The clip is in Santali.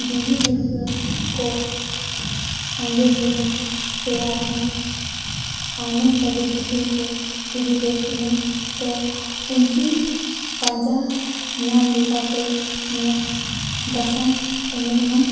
ᱫᱤᱵᱤ ᱫᱩᱨᱜᱟᱹᱠᱚ ᱟᱸᱜᱮᱱ ᱞᱮᱱᱟ ᱥᱮ ᱟᱨᱦᱚᱸ ᱟᱭᱱᱚᱢ ᱠᱟᱡᱚᱞ ᱛᱤᱠᱤᱱᱠᱚ ᱤᱫᱤᱞᱮᱫ ᱠᱤᱱᱟᱹ ᱛᱳ ᱩᱱᱠᱤᱱ ᱯᱟᱸᱡᱟ ᱧᱟᱢ ᱞᱮᱠᱟᱛᱮ ᱱᱚᱣᱟ ᱫᱟᱥᱟᱸᱭ ᱮᱱᱮᱡ ᱦᱚᱸ